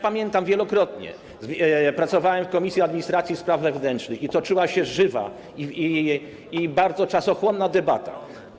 Pamiętam, a wielokrotnie pracowałem w Komisji Administracji i Spraw Wewnętrznych, że tam toczyła się żywa i bardzo czasochłonna debata.